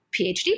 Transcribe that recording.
PhD